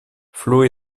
flo